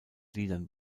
liedern